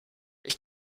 ich